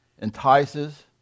entices